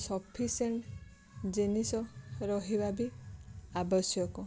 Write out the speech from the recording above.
sufficient ଜିନିଷ ରହିବା ବି ଆବଶ୍ୟକ